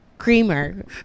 creamer